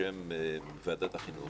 בשם ועדת החינוך,